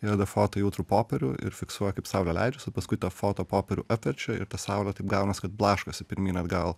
įveda foto jautrų popierių ir fiksuoja kaip saulė leidžiasi paskui tą fotopopierių apverčia ir ta saulė taip gaunas kad blaškosi pirmyn atgal